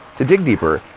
to dig deeper,